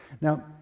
Now